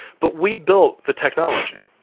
but we built the technology,